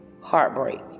heartbreak